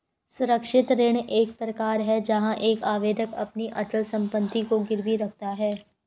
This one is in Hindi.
सुरक्षित ऋण एक प्रकार है जहां एक आवेदक अपनी अचल संपत्ति को गिरवी रखता है